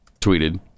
tweeted